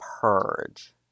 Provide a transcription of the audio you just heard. Purge